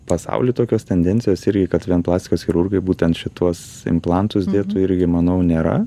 pasauly tokios tendencijos irgi kad vien plastikos chirurgai būtent šituos implantus dėtų irgi manau nėra